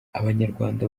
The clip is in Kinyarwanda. abanyarwanda